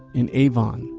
in avon,